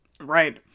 Right